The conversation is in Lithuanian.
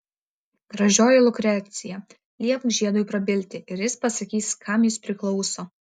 gražioji lukrecija liepk žiedui prabilti ir jis pasakys kam jis priklauso